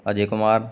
Ajay Kumar